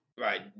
Right